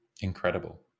Incredible